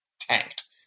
tanked